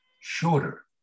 shorter